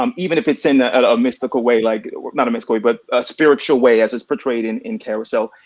um even if it's in ah a mystical way, like not a mystical way, but a spiritual way as it's portrayed in in carousel.